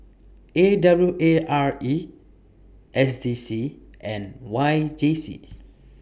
A W A R E S D C and Y J C